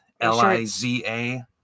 L-I-Z-A